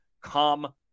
come